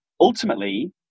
ultimately